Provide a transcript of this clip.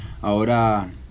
ahora